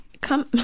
Come